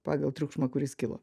pagal triukšmą kuris kilo